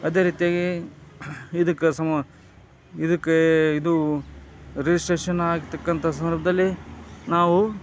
ಅದೇ ರೀತಿಯಾಗಿ ಇದಕ್ಕೆ ಸಮ ಇದಕ್ಕೆ ಇದು ರಿಜಿಸ್ಟ್ರೇಷನ್ ಆಗತಕ್ಕಂಥ ಸಂದರ್ಭದಲ್ಲಿ ನಾವು